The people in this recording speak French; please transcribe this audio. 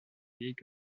vieilles